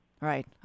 Right